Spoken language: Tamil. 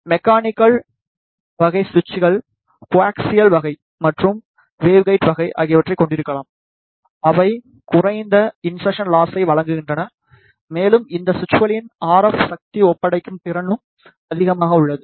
மெக்கானிக்கல் வகை சுவிட்சுகள் கோஆக்சியல் வகை மற்றும் வேவ் கைட் வகை ஆகியவற்றைக் கொண்டிருக்கலாம் அவை குறைந்த இன்செர்சன் லாஸை வழங்குகின்றன மேலும் இந்த சுவிட்சுகளின் ஆர்எஃப் சக்தி ஒப்படைக்கும் திறனும் அதிகமாக உள்ளது